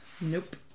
Nope